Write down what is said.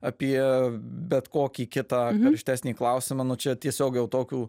apie bet kokį kitą karštesnį klausimą nu čia tiesiog jau tokių